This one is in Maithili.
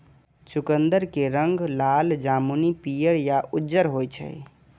चुकंदर के रंग लाल, जामुनी, पीयर या उज्जर होइ छै